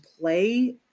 play